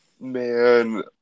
Man